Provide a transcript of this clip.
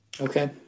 Okay